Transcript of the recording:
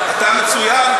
אתה מצוין,